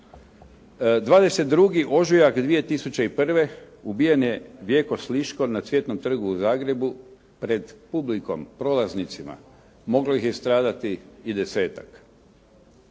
22. ožujak 20001. ubijen je Vjeko Sliško na Cvjetnom trgu u Zagrebu pred publikom, prolaznicima. Moglo ih je stradati i desetak.